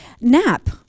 Nap